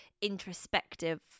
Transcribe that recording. introspective